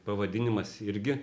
pavadinimas irgi